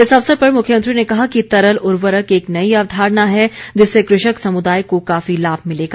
इस अवसर पर मुख्यमंत्री ने कहा कि तरल उर्वरक एक नई अवधारणा है जिससे कृषक समुदाय को काफी लाम मिलेगा